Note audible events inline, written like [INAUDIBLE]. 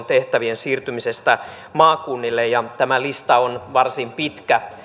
[UNINTELLIGIBLE] tehtävien siirtymisestä maakunnille ja tämä lista on varsin pitkä